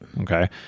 okay